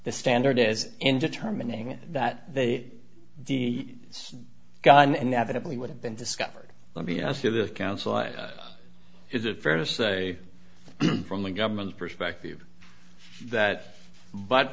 the standard is in determining that the gun and evidently would have been discovered let me ask you the counsel is it fair to say from the government's perspective that but